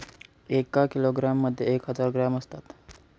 एका किलोग्रॅम मध्ये एक हजार ग्रॅम असतात